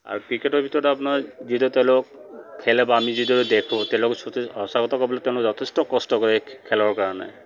আৰু ক্ৰিকেটৰ ভিতৰত আপোনাৰ যিদৰে তেওঁলোক খেলে বা আমি যিদৰে দেখোঁ তেওঁলোকে সঁচা কথা ক'বলৈ গ'লে তেওঁলোকে যথেষ্ট কষ্ট কৰে খেলৰ কাৰণে